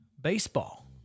baseball